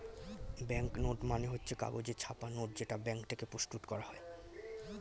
bank note মানে হচ্ছে কাগজে ছাপা নোট যেটা ব্যাঙ্ক থেকে প্রস্তুত করা হয়